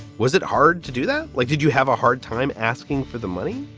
was it hard to do that? like, did you have a hard time asking for the money?